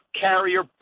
carrier